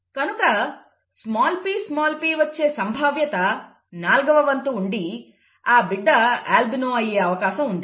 కనుక pp వచ్చే సంభావ్యత నాలుగవ వంతు ఉండి ఆ బిడ్డ అల్బినో అయ్యే అవకాశం ఉంది